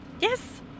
Yes